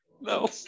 No